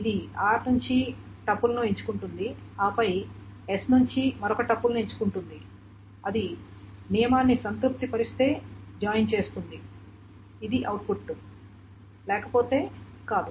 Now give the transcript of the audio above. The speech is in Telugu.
ఇది r నుండి టపుల్ను ఎంచుకుంటుంది ఆపై s నుండి మరొక టపుల్ను ఎంచుకుంటుంది అది నియమాన్ని సంతృప్తిపరిస్తే జాయిన్ చేస్తుంది అది అవుట్పుట్ లేకపోతే అది కాదు